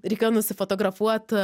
reikėjo nusifotografuot